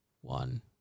one